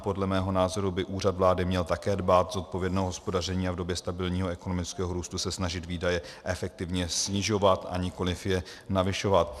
Podle mého názoru by Úřad vlády měl také dbát zodpovědného hospodaření a v době stabilního ekonomického růstu se snažit výdaje efektivně snižovat a nikoliv je navyšovat.